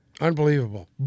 Unbelievable